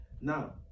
Now